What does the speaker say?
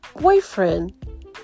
boyfriend